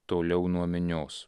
toliau nuo minios